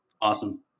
Awesome